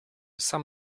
sam